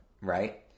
Right